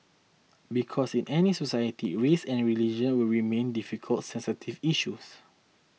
because in any society race and religion will remain difficult sensitive issues